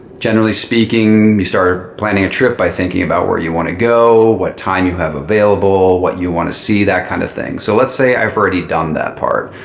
generally speaking, we start planning a trip by thinking about where you want to go, what time you have available, what you want to see. that kind of thing. so let's say i've already done that part.